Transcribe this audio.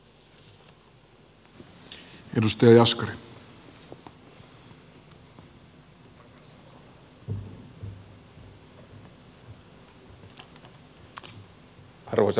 arvoisa puhemies